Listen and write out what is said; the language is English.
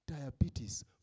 diabetes